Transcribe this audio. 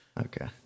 Okay